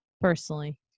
personally